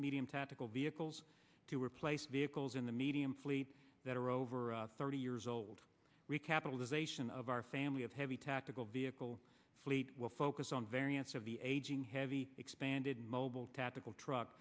medium tactical vehicles to replace vehicles in the medium fleet that are over thirty years old recapitalization of our family of heavy tactical vehicle fleet will focus on variants of the aging heavy expanded mobile tactical truck